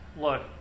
look